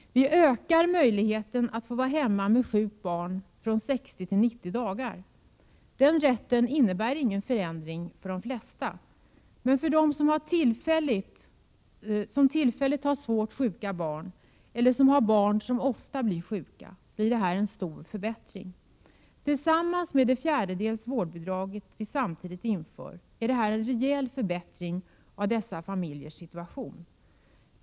Vi ökar möjligheten att få vara hemma med sjukt barn från 60 dagar till 90 dagar. Den rätten innebär ingen förändring för de flesta, men för dem som tillfälligt har svårt sjuka barn eller som har barn som ofta blir sjuka blir det en stor förbättring. Tillsammans med det fjärdedels vårdbidrag vi samtidigt inför är det här en rejäl förbättring av dessa familjers situation.